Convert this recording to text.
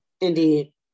Indeed